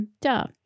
duh